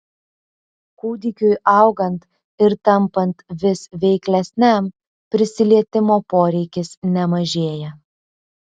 kūdikiui augant ir tampant vis veiklesniam prisilietimo poreikis nemažėja